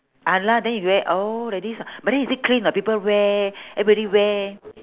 !alah! then you wear oh like this ah but then is it clean or not people wear everybody wear